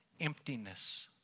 emptiness